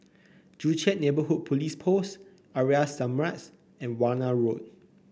Joo Chiat Neighborhood Police Post Aria Samaj and Warna Road